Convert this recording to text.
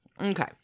okay